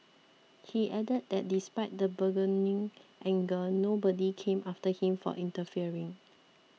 he added that despite the burgeoning anger nobody came after him for interfering